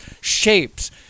shapes